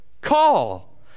call